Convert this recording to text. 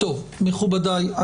מכובדיי,